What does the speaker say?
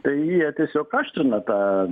tai jie tiesiog aštrina tą